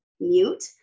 mute